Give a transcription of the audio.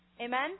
Amen